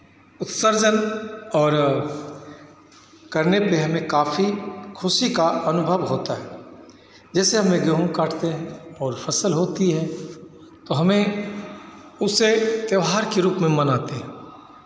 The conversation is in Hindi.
उत्सर्जन और करने पे हमें काफी खुशी का अनुभव होता है जैसे हमें गेहूँ काटते हैं और फसल होती है तो हमें उसे त्योहार के रूप में मनाते हैं